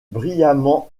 brillamment